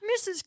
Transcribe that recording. Mrs